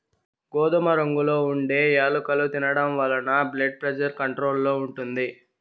గోధుమ రంగులో ఉండే యాలుకలు తినడం వలన బ్లెడ్ ప్రెజర్ కంట్రోల్ లో ఉంటుంది